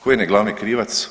Ko im je glavni krivac?